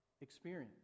experience